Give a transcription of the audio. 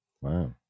Wow